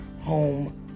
home